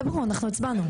זה ברור, אנחנו הצבענו.